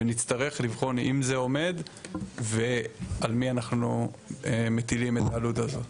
ונצטרך לבחון אם זה עומד ועל מי אנחנו מטילים את העלות הזאת.